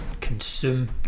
consume